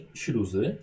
śluzy